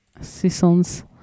seasons